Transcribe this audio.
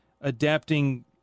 adapting